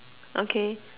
okay